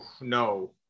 no